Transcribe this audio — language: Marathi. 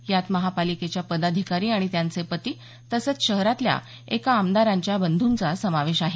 यात महापालिकेच्या पदाधिकारी आणि त्यांचे पती तसंच शहरातल्या एका आमदारांच्या बंधूंचा समावेश आहे